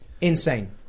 Insane